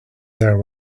there